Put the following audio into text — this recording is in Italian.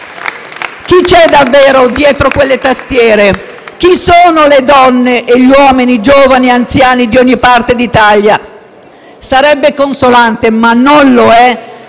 Chi c'è davvero dietro quelle tastiere? Chi sono le donne e gli uomini, giovani anziani, di ogni parte d'Italia? Sarebbe consolante - ma non lo è